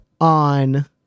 on